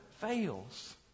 fails